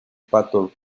pato